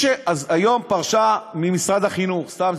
היום פרשה ממשרד החינוך סתם,